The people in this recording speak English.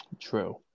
True